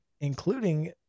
including